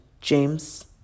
James